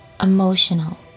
emotional